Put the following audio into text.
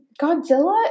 Godzilla